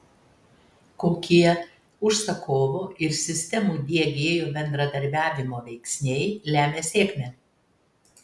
kokie užsakovo ir sistemų diegėjo bendradarbiavimo veiksniai lemia sėkmę